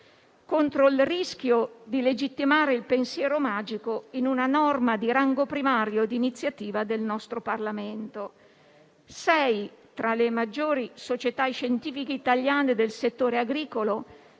contro il rischio di legittimare il pensiero magico in una norma di rango primario di iniziativa del nostro Parlamento. Sei tra le maggiori società scientifiche italiane del settore agricolo